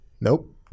nope